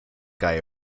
guy